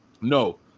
no